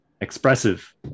expressive